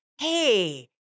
hey